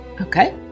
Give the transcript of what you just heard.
Okay